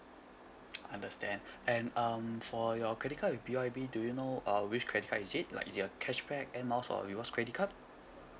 understand and um for your credit card with B I B do you know uh which credit is it like is it a cashback air miles or rewards credit card